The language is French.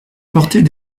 portait